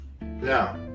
now